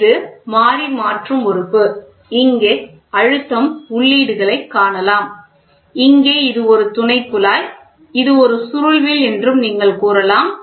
இவை மாறி மாற்றும் உறுப்பு இங்கே அழுத்தம் உள்ளீடுகளை காணலாம் இங்கே இது துணைக் குழாய் இது ஒரு சுருள்வில் என்றும் நீங்கள் கூறலாம்